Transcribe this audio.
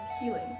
healing